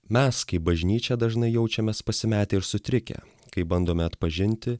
mes kaip bažnyčia dažnai jaučiamės pasimetę ir sutrikę kai bandome atpažinti